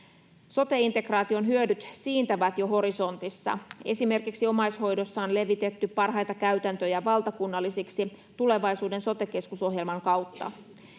Sote-integraation hyödyt siintävät jo horisontissa. Esimerkiksi omaishoidossa on levitetty parhaita käytäntöjä valtakunnallisiksi tulevaisuuden sote-keskus ‑ohjelman kautta.